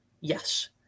yes